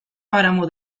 páramo